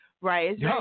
Right